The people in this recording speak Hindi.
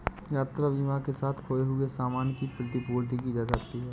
यात्रा बीमा के साथ खोए हुए सामान की प्रतिपूर्ति की जा सकती है